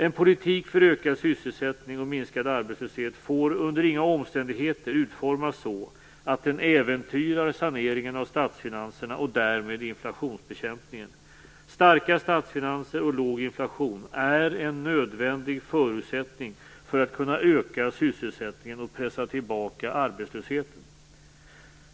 En politik för ökad sysselsättning och minskad arbetslöshet får under inga omständigheter utformas så att den äventyrar saneringen av statsfinanserna och därmed inflationsbekämpningen. Starka statsfinanser och låg inflation är en nödvändig förutsättning för att kunna öka sysselsättningen och pressa tillbaka arbetslösheten.